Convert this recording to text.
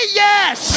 yes